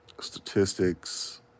statistics